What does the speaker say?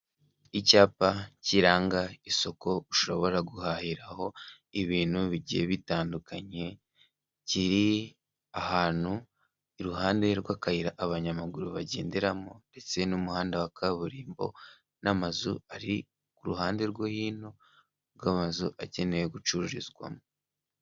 Icyapa kiranga isoko ushobora guhahiraho ibintu bigiye bitandukanye, kiri ahantu iruhande rw'akayira abanyamaguru bagenderamo ndetse n'umuhanda wa kaburimbo n'amazu ari ku ruhande rwo hino rw'amazu akeneye gucururizwamo.